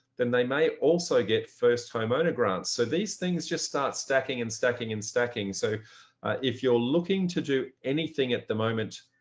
then they may also get first homeowner grants. so these things just start stacking and stacking and stacking. so if you're looking to do anything at the moment,